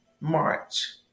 March